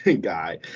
guy